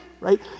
right